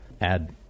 add